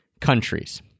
countries